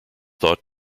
thought